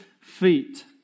feet